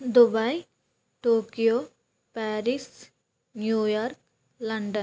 Dubai Tokyo Paris New York London